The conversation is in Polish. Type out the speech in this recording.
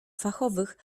fachowych